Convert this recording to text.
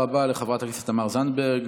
תודה רבה לחברת הכנסת תמר זנדברג.